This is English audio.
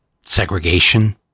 segregation